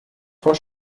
vor